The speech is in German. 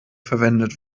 verwendet